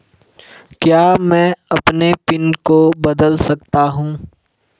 क्या मैं अपने पिन को बदल सकता हूँ?